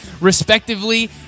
respectively